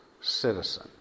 citizen